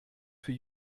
für